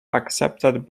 accepted